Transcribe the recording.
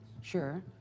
sure